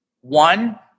one